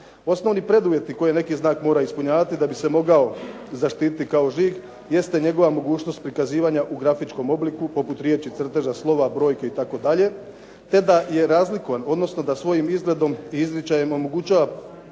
Osnovni preduvjeti koje neki znak mora ispunjavati da bi se mogao zaštiti kao žig jeste njegova mogućnost prikazivanja u grafičkom obliku poput riječi, crteža, slova, brojke itd. te da je razlikovan, odnosno da svojim izgledom i izričajem omogućava